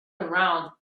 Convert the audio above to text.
around